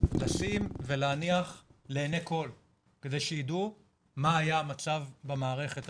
כדי שיידעו מה היה המצב במערכת.